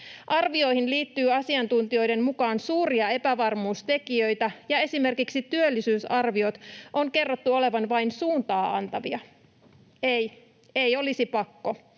Arvioihin liittyy asiantuntijoiden mukaan suuria epävarmuustekijöitä, ja esimerkiksi työllisyysarvioiden on kerrottu olevan vain suuntaa antavia. Ei, ei olisi pakko,